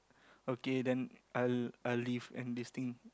okay then I'll I'll leave and this thing